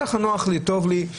כך נוח לי, טוב לי.